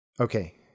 Okay